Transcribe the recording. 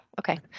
Okay